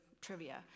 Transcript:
trivia